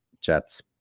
Jets